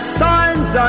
signs